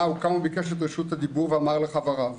הוא קם וביקש את רשות הדיבור ואמר לחבריו: